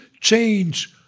change